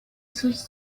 sus